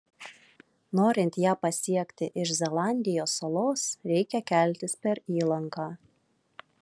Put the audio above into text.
norint ją pasiekti iš zelandijos salos reikia keltis per įlanką